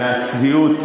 באמת הצביעות,